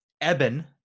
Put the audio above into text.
Eben